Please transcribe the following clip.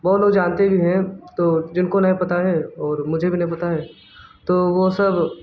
बहुत लोग जानते भी हैं तो जिनको नहीं पता है और मुझे भी नहीं पता है तो वह सब